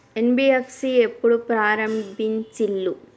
NBFC ఎప్పుడు ప్రారంభించిల్లు?